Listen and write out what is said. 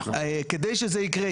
כדי שזה יקרה,